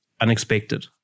unexpected